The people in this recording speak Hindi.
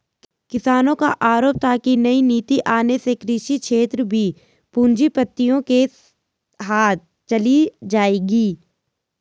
किसानो का आरोप था की नई नीति आने से कृषि क्षेत्र भी पूँजीपतियो के हाथ चली जाएगी